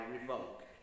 revoked